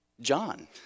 John